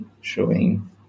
showing